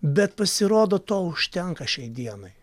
bet pasirodo to užtenka šiai dienai